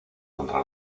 contra